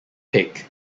pick